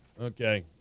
Okay